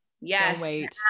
yes